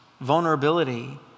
vulnerability